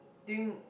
during